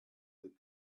the